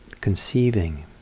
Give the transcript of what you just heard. conceiving